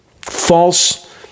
false